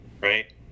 right